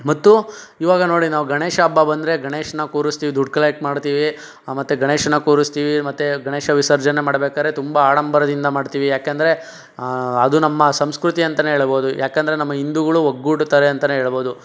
ಮತ್ತು ಈವಾಗ ನೋಡಿ ನಾವು ಗಣೇಶ ಹಬ್ಬ ಬಂದರೆ ಗಣೇಶನ್ನ ಕೂರ್ಸ್ತೀವಿ ದುಡ್ಡು ಕಲೆಕ್ಟ್ ಮಾಡ್ತೀವಿ ಮತ್ತು ಗಣೇಶನ್ನ ಕೂರ್ಸ್ತೀವಿ ಮತ್ತು ಗಣೇಶ ವಿಸರ್ಜನೆ ಮಾಡ್ಬೇಕಾದ್ರೆ ತುಂಬ ಆಡಂಬರದಿಂದ ಮಾಡ್ತೀವಿ ಯಾಕಂದರೆ ಅದು ನಮ್ಮ ಸಂಸ್ಕೃತಿ ಅಂತಾನೆ ಹೇಳ್ಬೋದು ಯಾಕಂದರೆ ನಮ್ಮ ಹಿಂದೂಗಳು ಒಗ್ಗೂಡ್ತಾರೆ ಅಂತಾನೆ ಹೇಳ್ಬೋದು